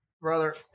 brother